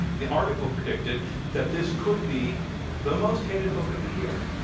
the article predicted that this could be the most hated book of the year.